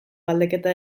galdeketa